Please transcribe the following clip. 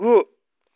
गु